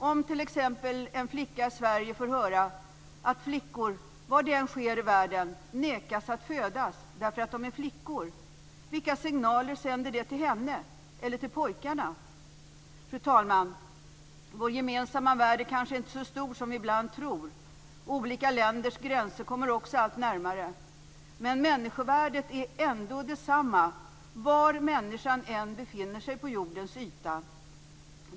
Om t.ex. en flicka i Sverige får höra att flickor, var det än sker i världen, nekas att födas därför att de är flickor, vilka signaler sänder det till henne? Eller till pojkarna? Fru talman! Vår gemensamma värld är kanske inte så stor som vi ibland tror. Olika länders gränser kommer också allt närmare. Men människovärdet är ändå detsamma var människan än befinner sig på jordens yta.